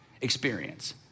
experience